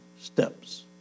steps